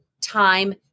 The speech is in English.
time